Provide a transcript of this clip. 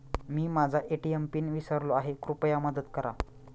मी माझा ATM pin विसरलो आहे, कृपया मदत करा